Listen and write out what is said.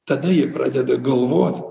tada jie pradeda galvot